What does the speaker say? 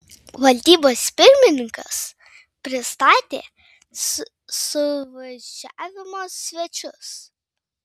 valdybos pirmininkas pristatė suvažiavimo svečius